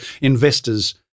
investors